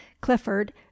clifford